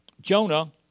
Jonah